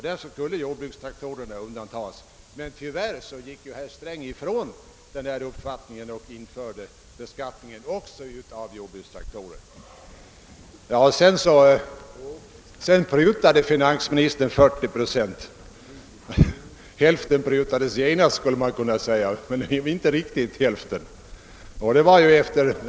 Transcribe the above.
Jordbrukstraktorerna skulle alltså undantas, men tyvärr frångick herr Sträng denna linje och införde beskattning av dessa. Senare prutade han 40 procent — >»hälften prutades genast», skulle man kunna säga även om det nu inte gällde riktigt halva skatten.